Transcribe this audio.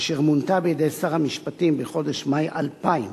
אשר מונתה בידי שר המשפטים בחודש מאי 2000